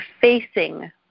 facing